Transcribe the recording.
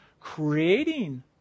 creating